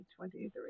2023